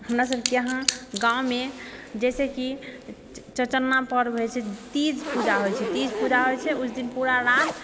हमरा सभके यहाँ गाँवमे जैसे कि चोरचन्ना पर्व होइ छै तीज पूजा होइ छै तीज पूजा होइ छै उस दिन पूरा रात